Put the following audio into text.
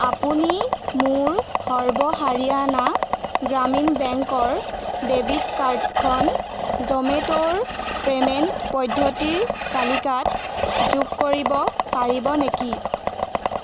আপুনি মোৰ সৰ্ব হাৰিয়ানা গ্ৰামীণ বেংকৰ ডেবিট কাৰ্ডখন জমেট'ৰ পে'মেণ্ট পদ্ধতিৰ তালিকাত যোগ কৰিব পাৰিব নেকি